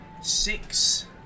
Six